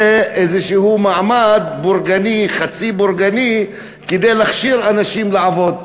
זה איזשהו מעמד בורגני חצי-בורגני כדי להכשיר אנשים לעבוד.